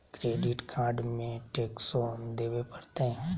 Credit card में टेक्सो देवे परते?